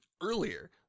earlier